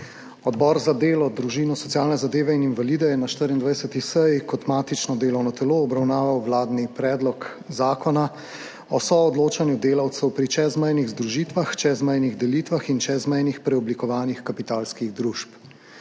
Odbor za delo, družino, socialne zadeve in invalide je na 24. seji kot matično delovno telo obravnaval vladni predlog Zakona o soodločanju delavcev pri čezmejnih združitvah, čezmejnih delitvah in čezmejnih preoblikovanjih kapitalskih družb.